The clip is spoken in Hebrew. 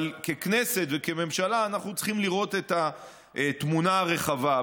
אבל ככנסת וכממשלה אנחנו צריכים לראות את התמונה הרחבה.